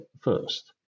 first